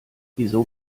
wieso